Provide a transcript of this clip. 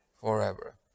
Forever